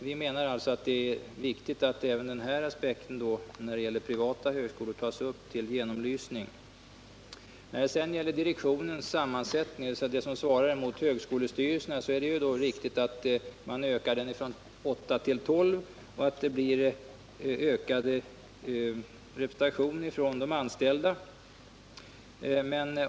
Vi menar att det är viktigt att även den här aspekten när det gäller privata högskolor tas upp till genomlysning. När det sedan gäller direktionens sammansättning, dvs. den som svarar mot högskolestyrelserna, är det riktigt att man ökar den från 8 till 12 ledamöter och att det blir ökad representation från de anställda.